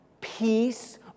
peace